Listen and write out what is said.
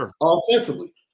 offensively